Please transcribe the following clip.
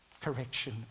correction